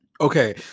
Okay